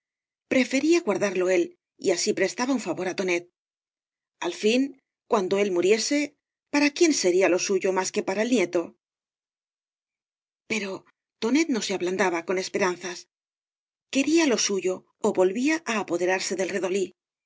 prefería guardarlo él y así prestaba un favor á tonet al fin cuando éi muriese para quién sería lo suyo mas que para el nieto pero tonet no se ablandaba con esperanzas quería lo suyo ó volvía á apoderarse del redolí